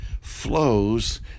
flows